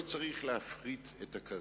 לא צריך להפריט את הקרקעות.